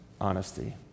honesty